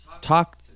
talk